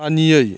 मानियै